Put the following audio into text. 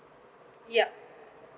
yup